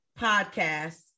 podcast